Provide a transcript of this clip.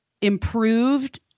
improved